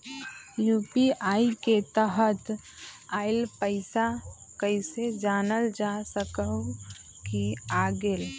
UPI के तहत आइल पैसा कईसे जानल जा सकहु की आ गेल?